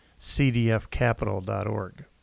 cdfcapital.org